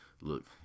Look